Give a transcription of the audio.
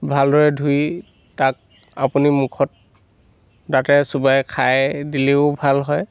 ভালদৰে ধুই তাক আপুনি মুখত দাঁতেৰে চোবাই খাই দিলেও ভাল হয়